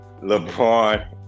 LeBron